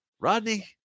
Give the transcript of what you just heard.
Rodney